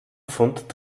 pfund